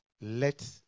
let